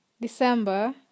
December